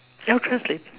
I'll translate